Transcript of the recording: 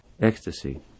ecstasy